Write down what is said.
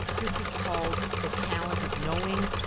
this is called the talent of knowing.